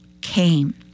came